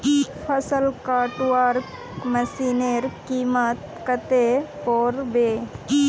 फसल कटवार मशीनेर कीमत कत्ते पोर बे